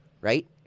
right